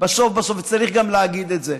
בסוף בסוף, וצריך להגיד גם את זה.